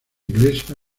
iglesia